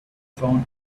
found